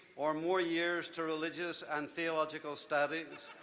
or more years to religious and theological studies